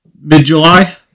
Mid-July